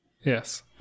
Yes